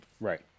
Right